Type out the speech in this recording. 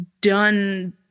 done